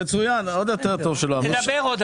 מצוין, עוד יותר טוב שלא עברת.